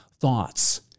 thoughts